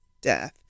death